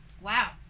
Wow